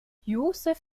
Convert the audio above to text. josef